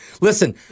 Listen